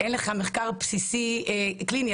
אם אין לך מחקר בסיסי קליני,